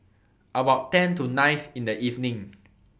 about ten to nine in The evening